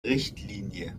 richtlinie